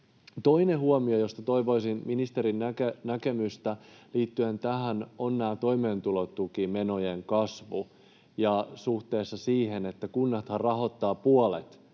Toinen huomio, josta toivoisin ministerin näkemystä liittyen tähän, on toimeentulotukimenojen kasvu suhteessa siihen, että kunnathan rahoittavat puolet